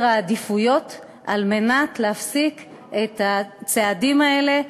העדיפויות על מנת להפסיק את הצעדים האלה,